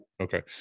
Okay